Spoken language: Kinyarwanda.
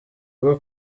bwo